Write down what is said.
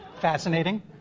Fascinating